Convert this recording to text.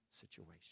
situation